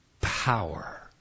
power